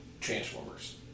Transformers